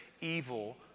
evil